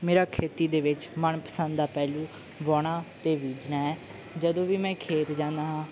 ਮੇਰਾ ਖੇਤੀ ਦੇ ਵਿੱਚ ਮਨਪਸੰਦ ਦਾ ਪਹਿਲੂ ਵਾਹੁਣਾ ਅਤੇ ਬੀਜਣਾ ਹੈ ਜਦੋਂ ਵੀ ਮੈਂ ਖੇਤ ਜਾਂਦਾ ਹਾਂ